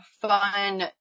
fun